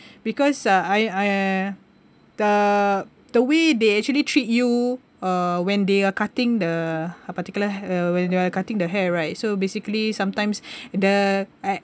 because uh I I the the way they actually treat you uh when they are cutting the uh particular uh when they are cutting the hair right so basically sometimes the